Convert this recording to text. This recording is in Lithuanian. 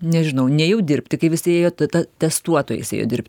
nežinau nėjau dirbti kai visi ėjo ta ta testuotojais ėjo dirbt